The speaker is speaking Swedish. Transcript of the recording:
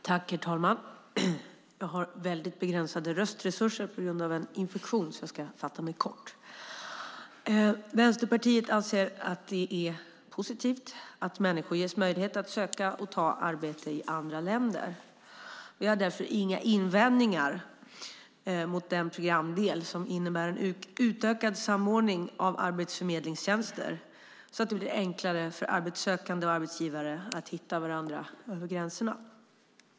Herr talman! Jag har väldigt begränsade röstresurser på grund av en infektion så jag ska fatta mig kort. Vänsterpartiet anser att det är positivt att människor ges möjlighet att söka och ta arbete i andra länder. Vi har därför inga invändningar mot den programdel som innebär utökad samordning av arbetsförmedlingstjänster så att det blir enklare för arbetssökande och arbetsgivare att hitta varandra över gränserna.